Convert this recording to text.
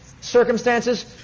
circumstances